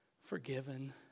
forgiven